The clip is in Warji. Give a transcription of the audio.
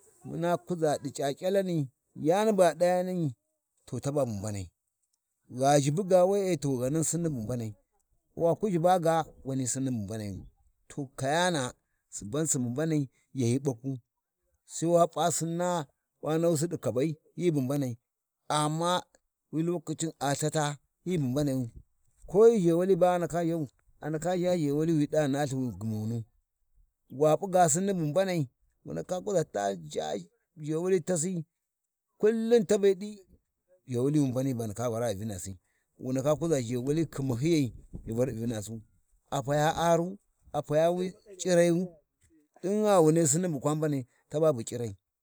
﻿Muna kuʒa ɗi Ca’C’alani, yani bu a t’yani’i, to taba bu mbanai, gha ʒhibi ga we'e, to ghi ghanan Sinnin bu mbanai, waku ʒhiba ga, to wani Sinni bu mbanai, waku ʒhiba ga, to wani Sinni bu mbanayu, to kayana Suban Subu mbanai yani ɓaku, Sai wa P’a Sinna wa nahusi ɗi kabai, hyi bu mbanayu, ko hyi zhewali ba a ndaka ɗau, a ndaka ʒha ʒhewali nalthi wi gyumunu, wa p’i ga Sinni bu mbanai, wu ndaka kuʒa ta ʒha ʒhewali fasi, kullum tabe ɗi ʒhewali hesitation ndaka Vara ghiɗi Vinasi. Wu ndaka kuʒa ʒhewali khinahyiyaici Vari ghiɗi Vinasu, a paya aru, a payawi cirayu, ɗingha wu nahyi Sinni bu kwa mbanai taba bu C’irai.